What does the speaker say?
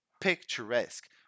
Picturesque